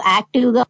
active